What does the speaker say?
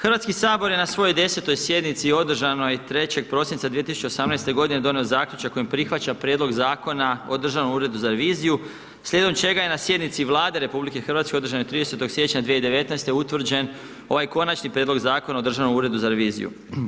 Hrvatski sabor, je na svojoj 10. sjednici održanoj 3. prosinca 2018. g. donio zaključak kojim prihvaća prijedlog Zakona o Državnom uredu za revizijom, slijedom čega je sjednicom Vlade RH održane 30. siječnja 2019. utvrđen ovaj konačni prijedlog Zakona o Državnom uredu za reviziju.